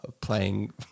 playing